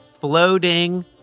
Floating